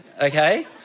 Okay